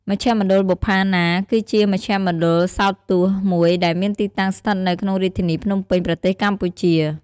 មជ្ឈមណ្ឌលបុប្ផាណា គឺជាមជ្ឈមណ្ឌលសោតទស្សន៍មួយដែលមានទីតាំងស្ថិតនៅក្នុងរាជធានីភ្នំពេញ ប្រទេសកម្ពុជា។